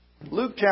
Luke